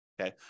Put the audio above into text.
okay